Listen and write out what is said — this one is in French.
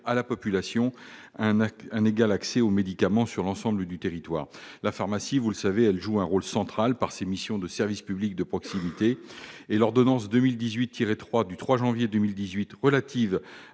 à la population un égal accès aux médicaments sur l'ensemble du territoire. Vous le savez, la pharmacie joue un rôle central par ses missions de service public de proximité. Ainsi, l'ordonnance n° 2018-3 du 3 janvier 2018 relative